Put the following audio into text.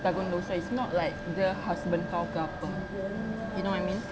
tanggung dosa it's not like dia husband kau ke apa you know what I mean